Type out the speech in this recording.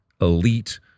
elite